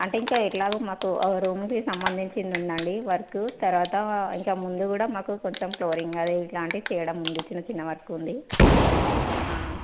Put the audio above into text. అంటే ఇంకాఎట్లాగో మాకు ఆ రూమ్కి సంబంధించింది ఉందండి వర్కు తర్వాత ఇంకా ముందు కూడా మాకు కొంచెం ఫ్లోరింగ్ అది ఇలాంటివి చేయడం ఉంది చిన్న చిన్న వర్క్ ఉంది